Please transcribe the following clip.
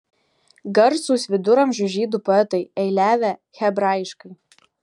garsūs viduramžių žydų poetai eiliavę hebrajiškai